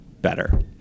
better